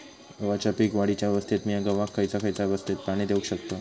गव्हाच्या पीक वाढीच्या अवस्थेत मिया गव्हाक खैयचा खैयचा अवस्थेत पाणी देउक शकताव?